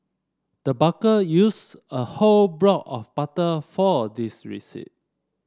the baker used a whole block of butter for this recipe